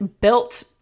built